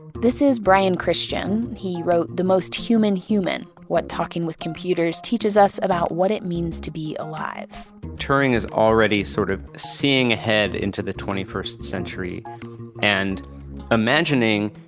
this is brian christian. he wrote the most human human what talking with computers teaches us about what it means to be alive turing is already sort of seeing ahead into the twenty first century and imagining,